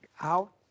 out